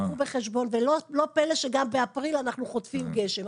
לא פלא שגם באפריל אנחנו חוטפים גשם,